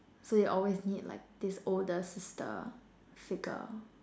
so you always need like these older sister figure